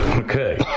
Okay